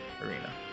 arena